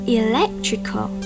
electrical